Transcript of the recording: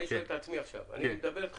אני שואל את עצמי עכשיו אני מדבר איתך